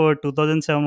2007